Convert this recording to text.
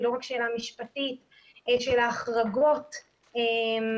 היא לא רק שאלה משפטית - של ההחרגות באופן